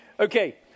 Okay